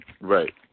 Right